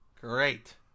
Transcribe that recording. great